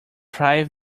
thrive